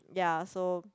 ya so